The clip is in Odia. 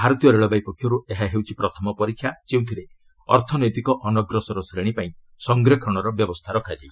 ଭାରତୀୟ ରେଳବାଇ ପକ୍ଷର୍ତ ଏହା ହେଉଛି ପ୍ରଥମ ପରୀକ୍ଷା ଯେଉଁଥିରେ ଅର୍ଥନୈତିକ ଅନଗ୍ରସର ଶ୍ରେଣୀପାଇଁ ସଂରକ୍ଷଣର ବ୍ୟବସ୍ଥା ରଖାଯାଇଛି